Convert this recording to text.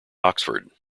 oxford